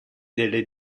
delle